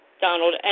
Donald